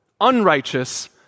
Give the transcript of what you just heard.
unrighteous